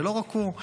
ולא רק הוא.